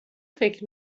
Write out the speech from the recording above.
فکر